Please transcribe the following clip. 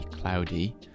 cloudy